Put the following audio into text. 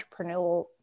entrepreneurial